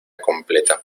completa